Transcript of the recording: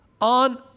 on